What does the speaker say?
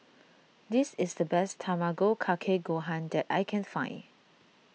this is the best Tamago Kake Gohan that I can find